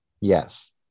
Yes